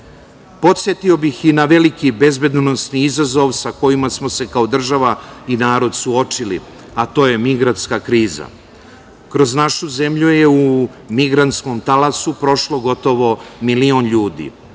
bih i na veliki bezbedonosni izazov sa kojim smo se kao država i narod suočili, a to je migrantska kriza. Kroz našu zemlju je u migrantskom talasu prošlo gotovo milion ljudi,